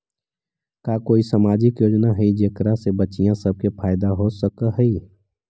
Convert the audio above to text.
का कोई सामाजिक योजना हई जेकरा से बच्चियाँ सब के फायदा हो सक हई?